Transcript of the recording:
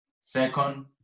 Second